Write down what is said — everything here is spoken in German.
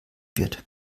wird